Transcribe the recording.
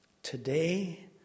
Today